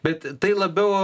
bet tai labiau